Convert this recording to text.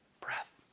Breath